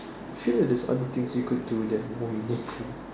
I feel like there's other things we could do than go home we need to poo